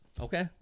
Okay